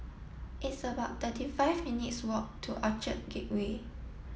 it's about thirty five minutes' walk to Orchard Gateway